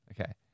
okay